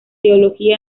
teología